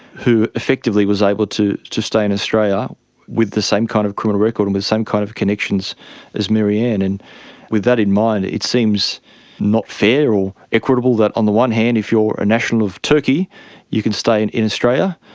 who effectively was able to to stay in australia with the same kind of criminal record and the same kind of connections as maryanne. and with that in mind it seems not fair or equitable that on the one hand if you are a national of turkey you can stay in in australia,